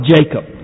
Jacob